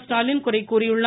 ஸ்டாலின் குறை கூறியுள்ளார்